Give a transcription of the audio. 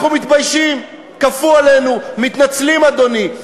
אנחנו מתביישים, כפו עלינו, מתנצלים, אדוני.